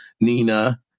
nina